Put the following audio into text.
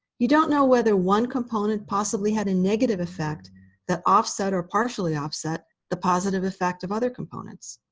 you don't know whether one component possibly had a negative effect that offset or partially offset the positive effect of other components.